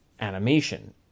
animation